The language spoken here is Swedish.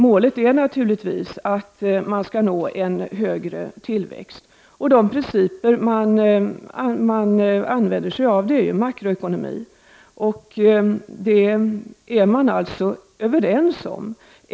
Målet är naturligtvis att landet skall nå en högre tillväxt. De principer man använder sig av är makroekonomiska. Detta är man alltså överens om.